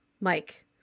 Mike